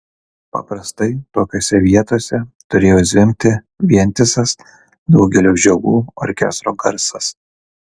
paprastai tokiose vietose turėjo zvimbti vientisas daugelio žiogų orkestro garsas